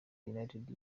united